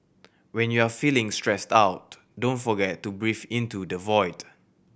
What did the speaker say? when you are feeling stressed out don't forget to breathe into the void